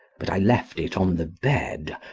but i left it on the bed,